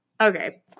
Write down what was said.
Okay